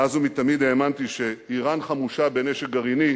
מאז ומתמיד האמנתי שאירן חמושה בנשק גרעיני